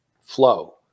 flow